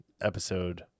episode